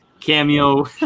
cameo